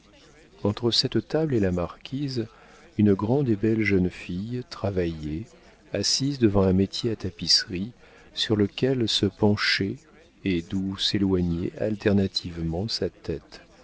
entre cette table et la marquise une grande et belle jeune fille travaillait assise devant un métier à tapisserie sur lequel se penchait et d'où s'éloignait alternativement sa tête